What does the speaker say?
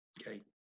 okay